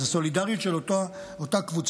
זו סולידריות של אותה הקבוצה,